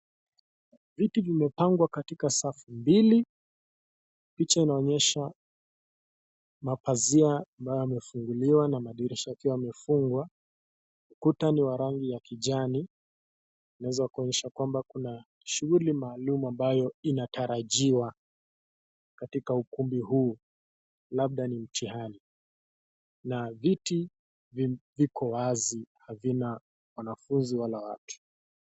Viti vimepangwa katika safu mbili, picha inaonyesha mapasia ambayo yamefunguliwa na ambayo madirisha yakiwa yamefungwa. Ukuta ni ya rangi ya kijani, inaezakuonyesha kwamba kuna shughuli maalum ambayo inatarajiwa katika ukumbi huu, labda ni mtihani na vitu viko wazi havina wanafunzi wala watu.